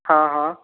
हाँ हाँ